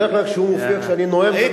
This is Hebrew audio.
בדרך כלל כשהוא מופיע כשאני נואם,